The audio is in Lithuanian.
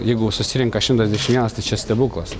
jeigu susirenka šimtas dvidešim vienas tai čia stebuklas